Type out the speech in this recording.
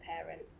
parent